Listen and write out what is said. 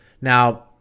now